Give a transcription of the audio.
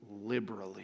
liberally